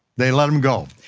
they let him go.